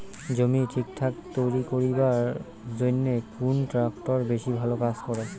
জমি ঠিকঠাক তৈরি করিবার জইন্যে কুন ট্রাক্টর বেশি ভালো কাজ করে?